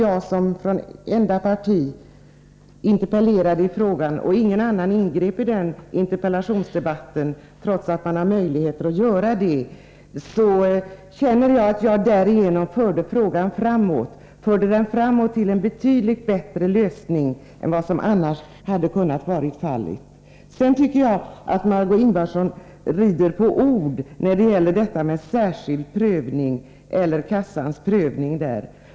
Jag företrädde det enda parti som interpellerade i frågan — ingen annan ingrep i den interpellationsdebatten, trots att man har möjligheter att göra det — och jag känner att jag därigenom förde frågan framåt till en betydligt bättre lösning än vad som annars kunnat vara fallet. Jag tycker att Margé Ingvardsson rider på ord när det gäller formuleringarna ”särskild prövning” resp. ”försäkringskassans prövning”.